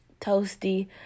toasty